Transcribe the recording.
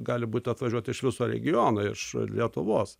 gali būt atvažiuot iš viso regiono iš lietuvos